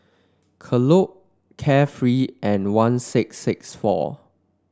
Kellogg Carefree and one six six four